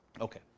Okay